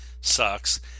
sucks